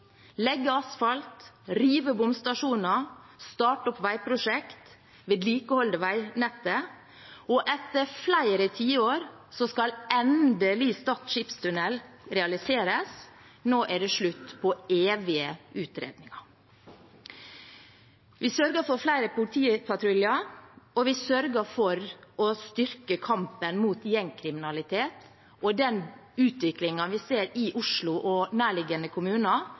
legge asfalt, rive bomstasjoner, starte opp veiprosjekter og vedlikeholde veinettet. Etter flere tiår skal endelig Stad skipstunnel realiseres, nå er det slutt på evige utredninger. Vi sørger for flere politipatruljer, og vi sørger for å styrke kampen mot gjengkriminalitet og den utviklingen vi ser i Oslo og nærliggende kommuner,